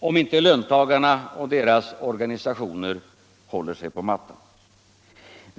om inte löntagarna och deras organisationer håller sig på mattan.